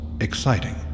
exciting